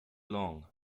long